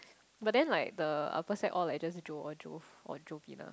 but then like the upper sec all like just Jo or Jov or Jovina